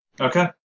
Okay